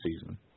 season